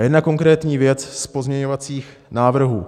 A jedna konkrétní věc z pozměňovacích návrhů.